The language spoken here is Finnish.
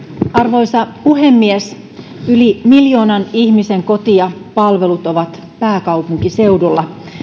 arvoisa puhemies yli miljoonan ihmisen koti ja palvelut ovat pääkaupunkiseudulla